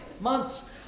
months